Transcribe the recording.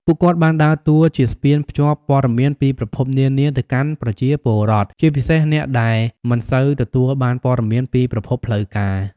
ពួកគាត់បានដើរតួជាស្ពានភ្ជាប់ព័ត៌មានពីប្រភពនានាទៅកាន់ប្រជាពលរដ្ឋ ជាពិសេសអ្នកដែលមិនសូវទទួលបានព័ត៌មានពីប្រភពផ្លូវការ។